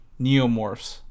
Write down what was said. neomorphs